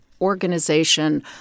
organization